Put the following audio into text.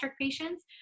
patients